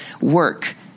work